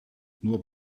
nur